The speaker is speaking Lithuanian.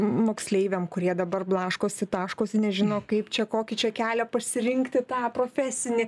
moksleiviam kurie dabar blaškosi taškosi nežino kaip čia kokį čia kelią pasirinkti tą profesinį